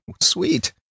sweet